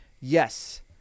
yes